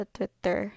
Twitter